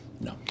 No